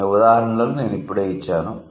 కొన్ని ఉదాహరణలు నేను ఇప్పుడే ఇచ్చాను